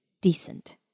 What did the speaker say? decent